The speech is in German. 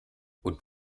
und